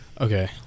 Okay